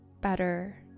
better